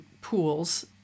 pools